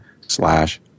slash